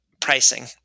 pricing